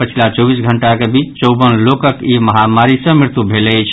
पछिला चौबीस घंटाक बीच चौंवन लोकक ई महामारी सँ मृत्यु भेल अछि